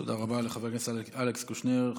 תודה רבה לחבר הכנסת אלכס קושניר.